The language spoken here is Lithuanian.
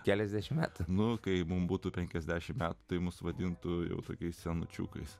keliasdešimt metų nuo kai mums būtų penkiasdešim metų tai mus vadintų jau tokiais senučiukais